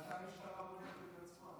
ממתי המשטרה בודקת את עצמה?